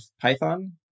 Python